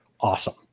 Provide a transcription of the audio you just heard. awesome